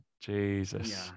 Jesus